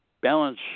balance